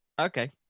Okay